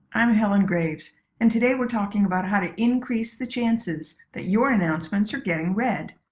i'm helen graves and today we're talking about how to increase the chances that your announcements are getting read.